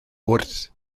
wrth